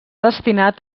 destinat